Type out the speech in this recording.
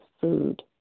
food